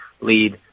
lead